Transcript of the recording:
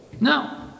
No